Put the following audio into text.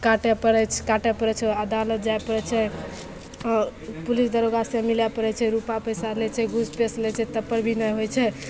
काटै पड़ै छै काटै पड़ै छै ओ अदालत जाइ पड़ै छै आओर पुलिस दरोगासे मिलै पड़ै छै रुपा पइसा लै छै घूस पेंच लै ताहिपर भी नहि होइ छै